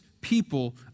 people